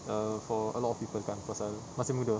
err for a lot of people kan pasal masih muda